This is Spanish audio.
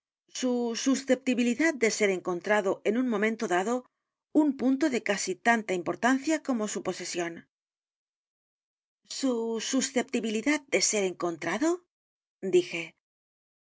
su susceptibilidad de ser encontrado en un momento dado un punto de casi tanta importancia como su posesión su susceptibilidad de ser encontrado dije